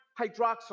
hydroxyl